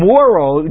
moral